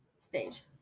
stage